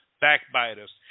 backbiters